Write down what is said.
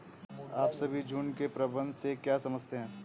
आप सभी झुंड के प्रबंधन से क्या समझते हैं?